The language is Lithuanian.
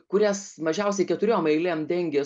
kurias mažiausiai keturiom eilėm dengė